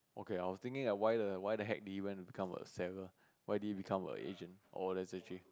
okay I was thinking like why the why the heck did he even become a seller why did he become a agent or that's actually